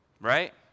right